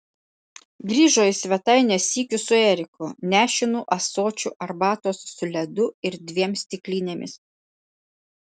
grįžo į svetainę sykiu su eriku nešinu ąsočiu arbatos su ledu ir dviem stiklinėmis